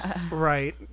right